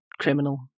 criminal